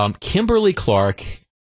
Kimberly-Clark